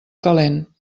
calent